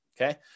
okay